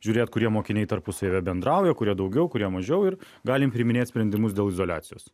žiūrėt kurie mokiniai tarpusavyje bendrauja kurie daugiau kurie mažiau ir galim priiminėt sprendimus dėl izoliacijos